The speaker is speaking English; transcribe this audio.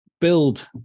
build